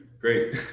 Great